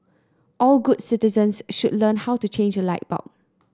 all good citizens should learn how to change a light bulb